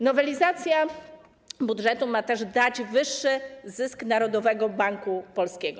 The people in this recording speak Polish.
Nowelizacja budżetu ma też dać wyższy zysk Narodowego Banku Polskiego.